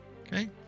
Okay